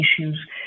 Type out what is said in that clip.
issues